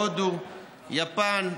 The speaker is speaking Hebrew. הודו, יפן,